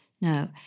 no